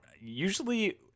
Usually